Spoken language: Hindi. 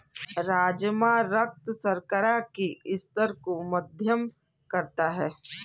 राजमा रक्त शर्करा के स्तर को मध्यम करता है